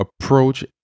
approach